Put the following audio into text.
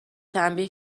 تنبیه